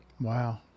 Wow